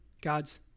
God's